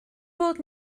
bod